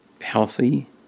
healthy